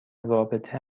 رابطه